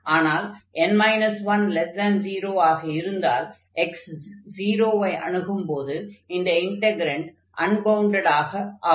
ஆனால் n 10 ஆக இருந்தால் x 0 ஐ அணுகும்போது அந்த இன்டக்ரன்ட் அன்பவுண்டடாக ஆகும்